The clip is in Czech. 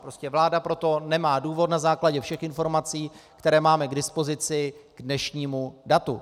Prostě vláda pro to nemá důvod na základě všech informací, které máme k dispozici k dnešnímu datu.